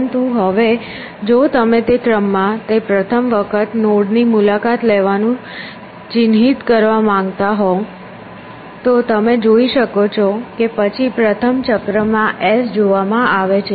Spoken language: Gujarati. પરંતુ હવે જો તમે તે ક્રમમાં તે પ્રથમ વખત નોડની મુલાકાત લેવાનું ચિહ્નિત કરવા માંગતા હો તો તમે જોઈ શકો છો કે પછી પ્રથમ ચક્રમાં s જોવામાં આવે છે